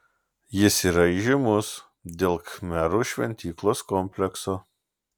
jis yra įžymus dėl khmerų šventyklos komplekso